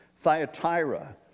Thyatira